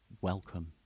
Welcome